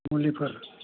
मुलिफोर